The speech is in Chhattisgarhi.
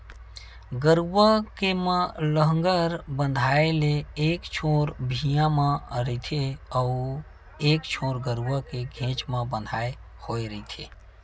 गरूवा के म लांहगर बंधाय ले एक छोर भिंयाँ म रहिथे अउ एक छोर गरूवा के घेंच म बंधाय होय रहिथे